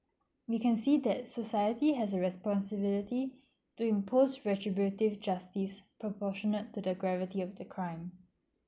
we can see that society has a responsibility to impose retributive justice proportionate to the gravity of the crime